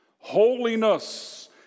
Holiness